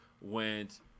went